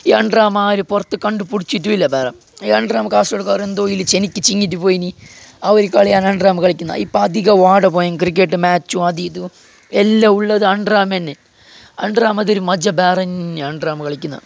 ഈ under arm ആര് പുറത്തു കണ്ടുപിടിച്ചിട്ടുമില്ല വേറെ ഈ അണ്ടർ ആം കാശ് കൊടുക്കാതെ എന്തോ ചെനിക്ക് ചീന്നിട്ട് പോയിരുന്നു ആ ഒരു കളി അണ്ടർ ആം കളിക്കുന്നത് ഇപ്പോൾ അധികം വാർഡ് ക്രിക്കറ്റ് മാച്ചും അതും ഇതും എല്ലാം ഉള്ളത് അണ്ടർ ആം തന്നെ അണ്ടർ ആം അത് ഒരു മജ്ജ വേറെ തന്നെ അണ്ടർ ആം കളിക്കുന്ന